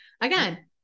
again